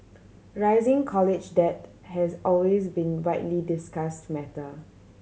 rising college debt has always been widely discussed matter